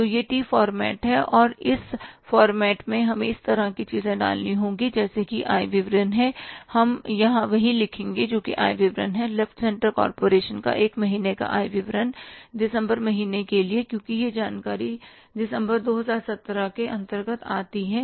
तो यह T format है और इस फॉर्मेट में हमें इस तरह की चीजें डालनी होंगी जैसे कि आय विवरण है हम यहां वही लिखेंगे जो आय विवरण है लेफ्ट सेंटर कॉर्पोरेशन का एक महीने का आय विवरण दिसंबर महीने के लिए क्योंकि यह जानकारी दिसंबर 2017 के अंतर्गत आती है